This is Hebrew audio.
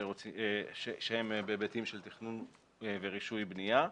שהם בהיבטים של תכנון ורישוי בנייה.